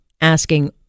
asking